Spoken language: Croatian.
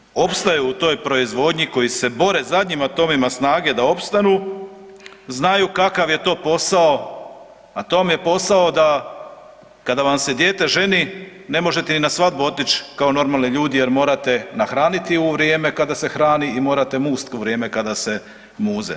Svi oni koji opstaju u toj proizvodnji, koji se bore zadnjim atomima snage da opstanu znaju kakav je to posao, a to vam je posao da kada vam se dijete ženi ne možete ni na svadbu otići kao normalni ljudi jer morate nahraniti u vrijeme kada se hrani i morate musti u vrijeme kada se muze.